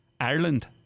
Ireland